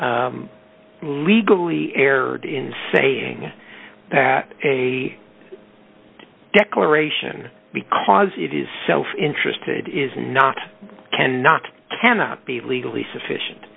to legally err in saying that a declaration because it is self interested is not cannot cannot be legally sufficient